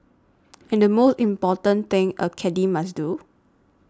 and the most important thing a caddie must do